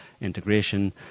integration